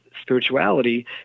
spirituality